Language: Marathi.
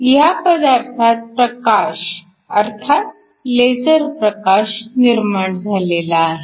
ह्या पदार्थात प्रकाश अर्थात लेझर प्रकाश निर्माण झालेला आहे